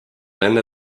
nende